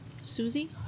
Susie